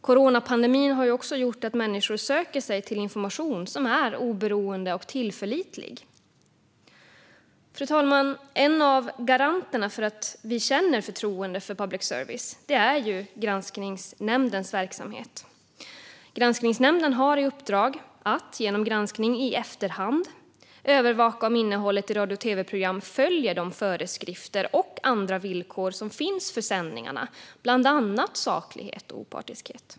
Coronapandemin har gjort att människor söker sig till information som är oberoende och tillförlitlig. Fru talman! En av garanterna för att vi känner förtroende för public service är granskningsnämndens verksamhet. Granskningsnämnden har i uppdrag att, genom granskning i efterhand, övervaka om innehållet i radio och tv-program följer de föreskrifter och andra villkor som finns för sändningarna, bland annat saklighet och opartiskhet.